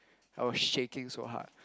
I was shaking so hard